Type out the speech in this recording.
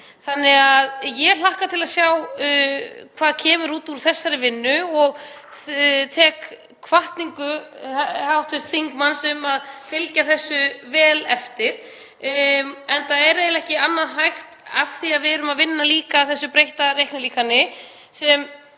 til. Ég hlakka til að sjá hvað kemur út úr þessari vinnu og tek hvatningu hv. þingmanns um að fylgja þessu vel eftir, enda er eiginlega ekki annað hægt af því að við erum að vinna líka að þessu breytta reiknilíkani, sem